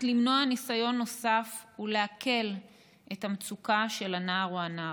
למנוע ניסיון נוסף ולהקל את המצוקה של הנער או הנערה.